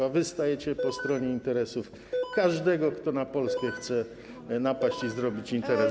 A wy stajecie po stronie interesów każdego, kto na Polskę chce napaść i zrobić interes.